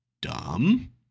dumb